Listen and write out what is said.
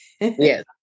yes